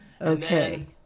Okay